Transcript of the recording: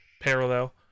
Parallel